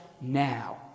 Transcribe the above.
now